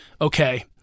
okay